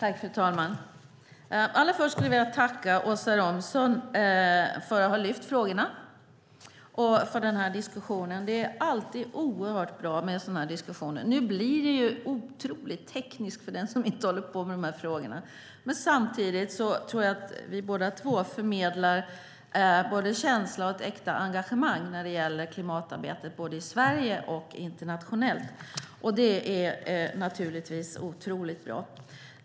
Fru talman! Allra först vill jag tacka Åsa Romson för att hon har lyft frågorna och för diskussionen. Det är alltid oerhört bra med sådana här diskussioner. Nu blir det ju otroligt tekniskt för den som inte håller på med de här frågorna. Samtidigt tror jag att vi båda två förmedlar en känsla och ett äkta engagemang när det gäller klimatarbetet både i Sverige och internationellt, och det är naturligtvis otroligt bra.